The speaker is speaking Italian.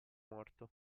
morto